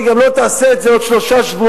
שהיא גם לא תעשה את זה בעוד שלושה שבועות,